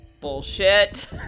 Bullshit